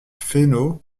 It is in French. fesneau